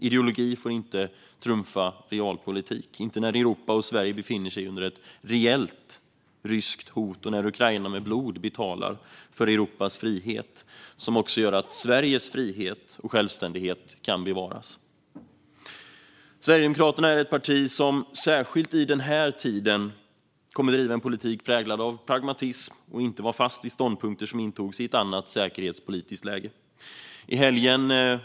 Ideologi får inte trumfa realpolitik, inte när Europa och Sverige befinner sig under ett reellt ryskt hot och när Ukraina med blod betalar för Europas frihet, som också gör att Sveriges frihet och självständighet kan bevaras. Sverigedemokraterna är ett parti som särskilt i denna tid kommer att driva en politik präglad av pragmatism och inte stå fast vid ståndpunkter som intogs i ett annat säkerhetspolitiskt läge.